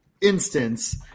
instance